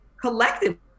collectively